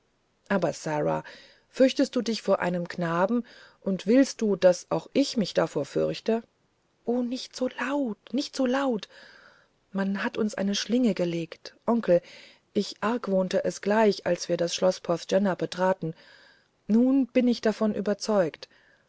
aber sara fürchtest du dich vor einem knaben und willst du daß auch ich mich davorfürchte o nicht so laut nicht so laut man hat uns eine schlinge gelegt onkel ich argwohnte es gleich als wir das schloß porthgenna betraten nun bin ich davon überzeugt